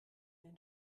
den